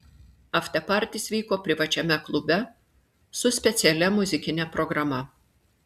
aftepartis vyko privačiame klube su specialia muzikine programa